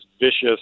vicious